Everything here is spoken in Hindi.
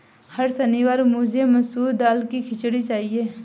हर शनिवार मुझे मसूर दाल की खिचड़ी चाहिए